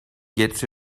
gets